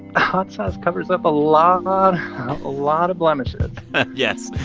hot sauce covers up a lot lot of blemishes yes.